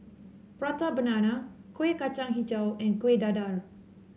Prata Banana Kueh Kacang hijau and Kuih Dadar